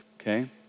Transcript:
okay